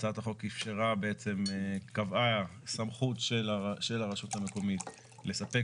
הצעת החוק קבעה סמכות של הרשות המקומית לספק